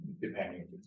depending